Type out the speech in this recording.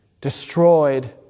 destroyed